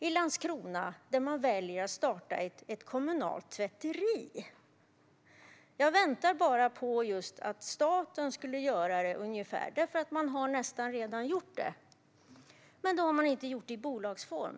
I Landskrona väljer man till exempel att starta ett kommunalt tvätteri. Jag nästan väntade på att staten skulle göra det, och man har faktiskt nästan redan gjort det - dock inte i bolagsform.